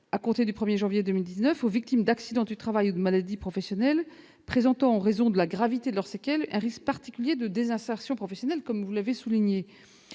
à compter du 1 janvier 2019, aux victimes d'accidents de travail ou de maladies professionnelles présentant, en raison de la gravité de leurs séquelles, un risque particulier de désinsertion professionnelle. Ce nouveau